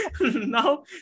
now